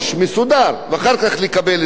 תודה רבה, חבר הכנסת עפו אגבאריה.